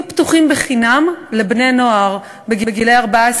יהיו פתוחים חינם לבני-נוער גילאי 14